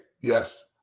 Yes